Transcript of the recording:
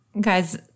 Guys